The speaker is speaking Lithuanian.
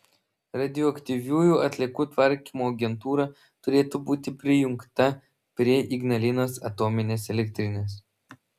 radioaktyviųjų atliekų tvarkymo agentūra turėtų būti prijungta prie ignalinos atominės elektrinės